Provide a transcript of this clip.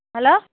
hello